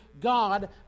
God